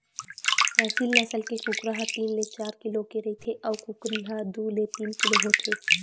एसील नसल के कुकरा ह तीन ले चार किलो के रहिथे अउ कुकरी ह दू ले तीन किलो होथे